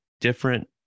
different